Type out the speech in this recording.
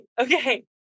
okay